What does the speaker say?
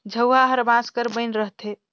झउहा हर बांस कर बइन रहथे